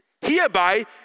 Hereby